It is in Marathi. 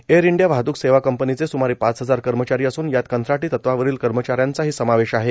एअर इंडिया वाहतूक सेवा कंपनीचे सुमारे पाच हजार कर्मचारी असून यात कंत्राटी तत्वावरील कर्मचाऱ्यांचाही समावेश आहे